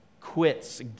quits